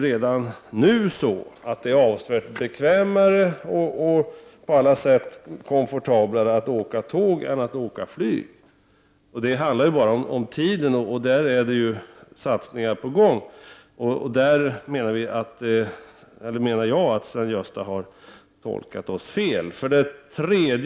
Redan nu är det avsevärt bekvämare och på olika sätt komfortablare att åka tåg än att åka flyg. Det handlar ju bara om tiden, och satsningar är ju på gång. Jag menar att Sven-Gösta Signell har tolkat oss fel på den punkten.